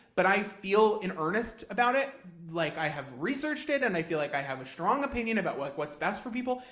but i feel in earnest about it, like i have researched it and i feel like i have a strong opinion about what's what's best for people,